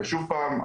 ושוב פעם,